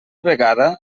vegada